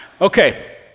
Okay